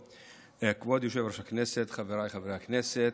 כבוד יושב-ראש הישיבה, חבריי חברי הכנסת,